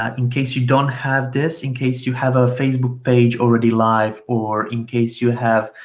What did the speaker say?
um in case you don't have this in case you have a facebook page already live, or in case you have